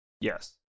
Yes